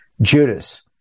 Judas